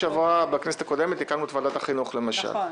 בכנסת הקודמת הקמנו את ועדת החינוך, למשל.